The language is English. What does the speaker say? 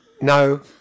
No